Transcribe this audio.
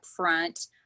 upfront